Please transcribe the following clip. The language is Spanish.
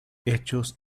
hechos